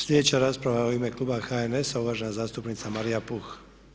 Sljedeća rasprava u ime kluba HNS-a uvažena zastupnica Marija Puh.